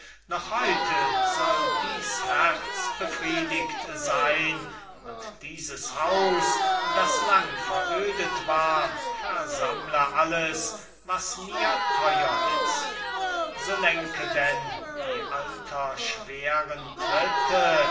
noch heute soll dies herz befriedigt sein und dieses haus das lang verödet war versammle alles was mir theuer ist so lenke denn die alterschweren tritte